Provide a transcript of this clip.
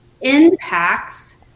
impacts